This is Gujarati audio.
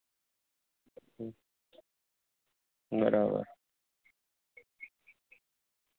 બરાબર